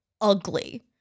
ugly